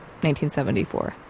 1974